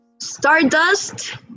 stardust